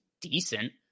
decent